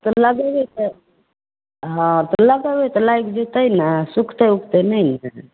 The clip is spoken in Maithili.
तऽ लगेबै तऽ हँ तऽ लगेबै तऽ लागि जएतै ने सुखतै उखतै नहि ने